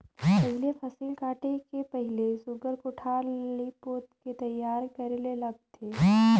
पहिले फसिल काटे के पहिले सुग्घर कोठार ल लीप पोत के तइयार करे ले लागथे